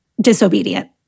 disobedient